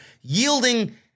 yielding